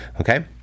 okay